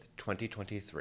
2023